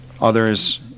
Others